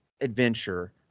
adventure